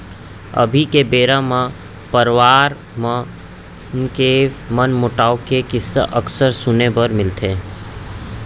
अभी के बेरा म परवार मन के मनमोटाव के किस्सा अक्सर सुने बर मिलथे